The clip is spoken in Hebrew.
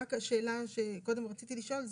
ורק השאלה שקודם רציתי לשאול.